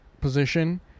position